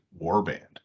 warband